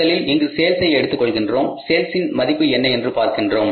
முதலில் இங்கு சேல்ஸ் ஐ எடுத்துக் கொள்கின்றோம் சேல்ஸின் மதிப்பு என்ன என்று பார்க்கின்றோம்